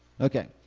okay